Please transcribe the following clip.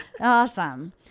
Awesome